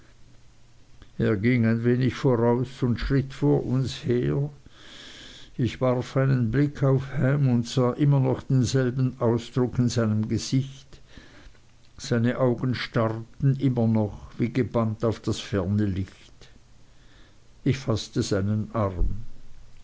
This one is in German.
er ging ein wenig voraus und schritt vor uns her ich warf einen blick auf ham und sah immer noch denselben ausdruck auf seinem gesicht seine augen starrten immer noch wie gebannt auf das ferne licht ich faßte seinen arm